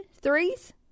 threes